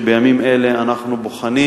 שבימים אלה אנחנו בוחנים